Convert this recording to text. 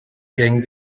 gagne